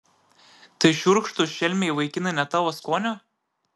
tai šiurkštūs šelmiai vaikinai ne tavo skonio